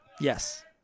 Yes